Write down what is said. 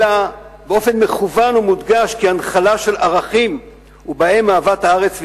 אלא באופן מכוון ומודגש כהנחלה של ערכים ובהם אהבת הארץ וירושלים,